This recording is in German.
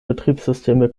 betriebssysteme